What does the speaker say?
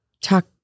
Talk